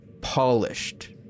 Polished